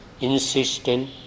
insistent